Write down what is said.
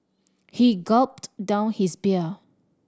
he gulped down his beer